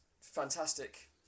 fantastic